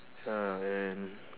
ya and